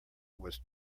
was